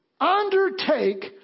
undertake